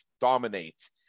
Dominate